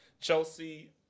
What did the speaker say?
Chelsea